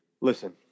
listen